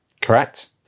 Correct